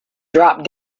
dropped